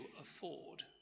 afford